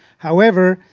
however,